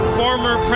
former